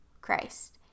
Christ